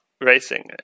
racing